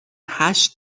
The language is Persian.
هشت